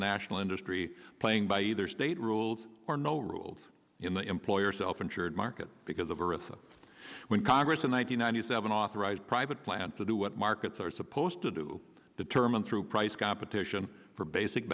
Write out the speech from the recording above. national industry playing by either state rules or no rules in the employer self insured market because of eartha when congress in one thousand nine hundred seven authorized private plans to do what markets are supposed to do determine through price competition for basic